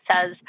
says